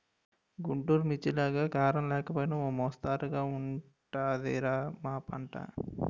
గుంటూరు మిర్చిలాగా కారం లేకపోయినా ఓ మొస్తరుగా ఉంటది రా మా పంట